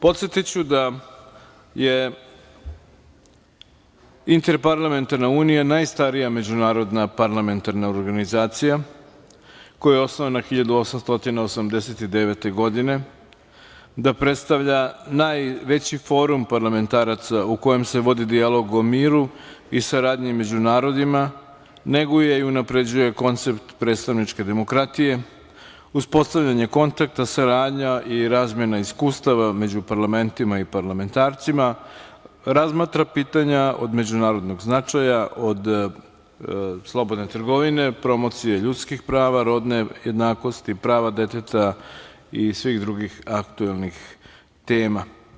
Podsetiću da je Interparlamentarna unija najstarija međunarodna parlamentarna organizacija, koja je osnovana 1889. godine, da predstavlja najveći forum parlamentaraca u kojem se vodi dijalog o miru i saradnji među narodima, neguje i unapređuje koncept predstavničke demokratije, uspostavljanje kontakta, saradnja i razmena iskustava među parlamentima i parlamentarcima, razmatra pitanja od međunarodnog značaja, od slobodne trgovine, promocije ljudskih prava, rodne jednakosti, prava deteta i svih drugih aktuelnih tema.